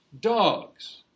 dogs